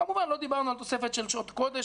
כמובן שלא דיברנו על תוספת של שעות קודש,